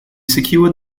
secured